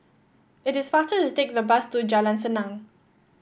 it is faster to take the bus to Jalan Senang